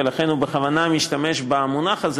ולכן הוא בכוונה משתמש במונח הזה,